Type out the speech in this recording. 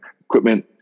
equipment